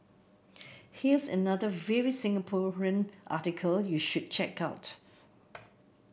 here's another very Singaporean article you should check out